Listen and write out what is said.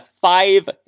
five